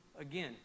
Again